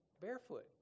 barefoot